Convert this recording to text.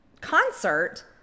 concert